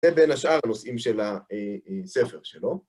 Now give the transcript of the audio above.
זה בין השאר הנושאים של הספר שלו.